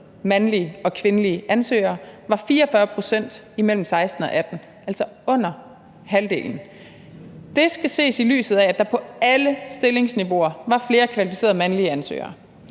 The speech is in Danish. mandlige og kvindelige ansøgere, var 44 pct. imellem 2016 og 2018, altså under halvdelen. Det skal ses i lyset af, at der på alle stillingsniveauer var flere kvalificerede mandlige ansøgere.